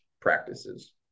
practices